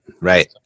Right